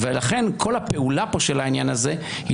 ולכן כל הפעולה פה של העניין הזה היא